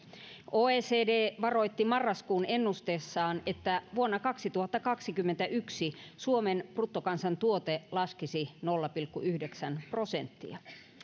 oecd varoitti marraskuun ennusteessaan että vuonna kaksituhattakaksikymmentäyksi suomen bruttokansantuote laskisi nolla pilkku yhdeksän prosenttia